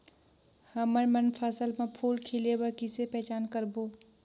हमन मन फसल म फूल खिले बर किसे पहचान करबो?